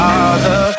Father